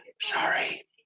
Sorry